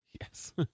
Yes